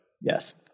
Yes